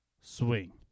swing